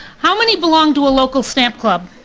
how many belong to a local stamp club?